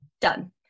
done